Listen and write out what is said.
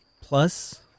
Plus